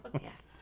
yes